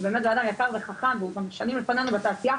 הוא באמת בן אדם יקר וחכם והוא גם כאן שנים לפנינו בתעשייה,